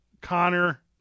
Connor